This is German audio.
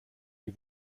die